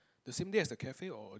the same day as the cafe or uh